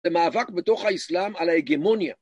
למאבק בתוך האסלאם על ההגמוניה.